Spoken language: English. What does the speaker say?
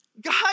God